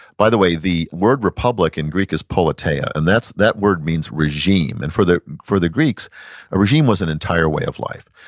by the way, the word republic in greek is politeia, and that word means regime. and for the for the greeks a regime was an entire way of life.